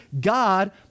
God